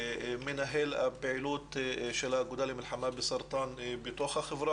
מנהל הפעילות של האגודה למלחמה בסרטן בתוך החברה